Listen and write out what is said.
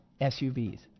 SUVs